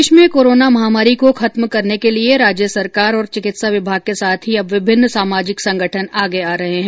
प्रदेश में कोरोना महामारी को खत्म करने के लिए राज्य सरकार और चिकित्सा विभाग के साथ ही अब विभिन्न सामाजिक संगठन आगे आ रहे है